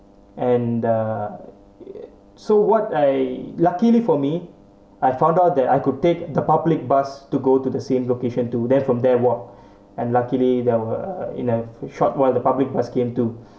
and uh so what I luckily for me I found out that I could take the public bus to go to the same location to there from there work and luckily there were in a short while the public bus came to